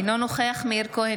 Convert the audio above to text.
אינו נוכח מאיר כהן,